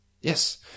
Yes